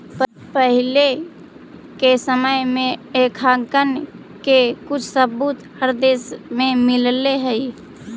पहिले के समय में लेखांकन के कुछ सबूत हर देश में मिलले हई